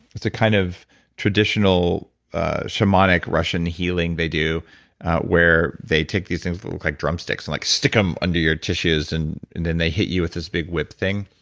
it's a kind of traditional ah shamanic russian healing they do where they take these things that look like drumsticks and like stick them under your tissues and and then they hit you with this big whip thing.